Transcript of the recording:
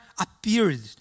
appeared